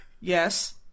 Yes